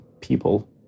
people